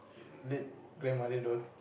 late grandmother daughter